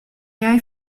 jij